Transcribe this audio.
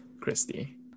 Christy